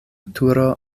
turo